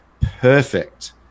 perfect